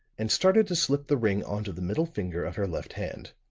and started to slip the ring on to the middle finger of her left hand.